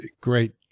great